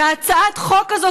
והצעת החוק הזאת,